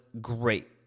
great